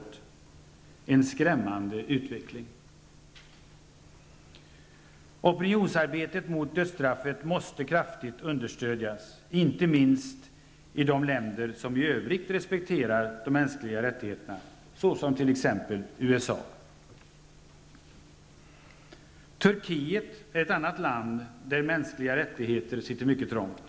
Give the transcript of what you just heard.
Detta är en skrämmande utveckling. Opinionsarbetet mot dödsstraffet måste kraftigt understödjas, inte minst i de länder som i övrigt respekterar de mänskliga rättigheterna, t.ex. USA. Turkiet är ett land där mänskliga rättigheter sitter mycket trångt.